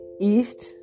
East